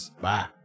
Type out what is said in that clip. Bye